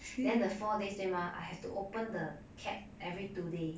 then the four days 对吗 I have to open the cap every two day